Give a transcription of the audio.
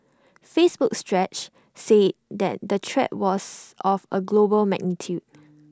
Facebook's stretch said that the threat was of A global magnitude